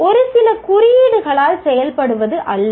ஒருசில குறியீடுகளால் செயல்படுவது அல்ல